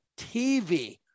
TV